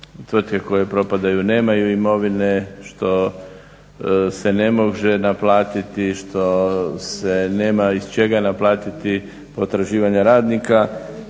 tvrtke koje propadaju nemaju imovine, što se ne može naplatiti, što se nema iz čega naplatiti potraživanja radnika.